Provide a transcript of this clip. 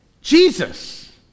Jesus